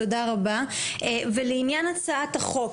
תודה רבה ולעניין הצעת החוק,